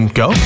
go